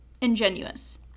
ingenuous